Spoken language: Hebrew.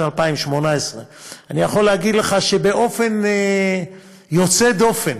2018. אני יכול להגיד לך שבאופן יוצא דופן